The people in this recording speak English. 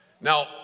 Now